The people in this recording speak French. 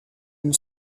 une